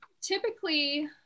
Typically